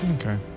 Okay